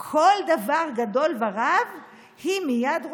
/ כל דבר גדול ורב / היא מייד רושמת.